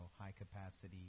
high-capacity